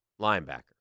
Linebacker